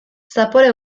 zapore